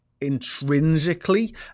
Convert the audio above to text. intrinsically